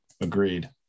agreed